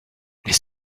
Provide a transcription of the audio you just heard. les